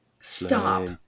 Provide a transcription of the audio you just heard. Stop